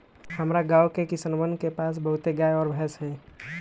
हमरा गाँव के किसानवन के पास बहुत गाय और भैंस हई